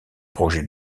projet